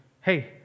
hey